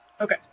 Okay